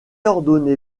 ordonné